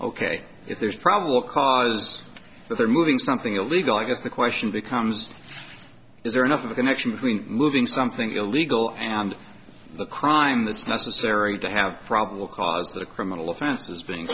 if there's probable cause that they're moving something illegal i guess the question becomes is there enough of a connection between moving something illegal and the crime that's necessary to have probable cause that a criminal offense is being